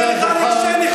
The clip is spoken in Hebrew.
אתה סובל מרגשי נחיתות.